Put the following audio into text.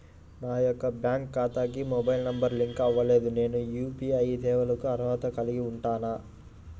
నా యొక్క బ్యాంక్ ఖాతాకి మొబైల్ నంబర్ లింక్ అవ్వలేదు నేను యూ.పీ.ఐ సేవలకు అర్హత కలిగి ఉంటానా?